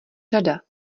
řada